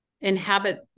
inhabit